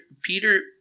Peter